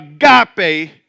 agape